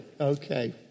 Okay